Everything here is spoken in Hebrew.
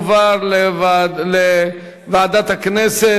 הצעת החוק תועבר להכנתה לקריאה שנייה ושלישית לוועדת הכספים של הכנסת.